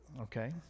Okay